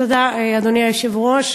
אדוני היושב-ראש,